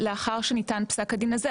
לאחר שניתן פסק הדין הזה,